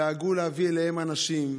דאגו להביא אליהם אנשים.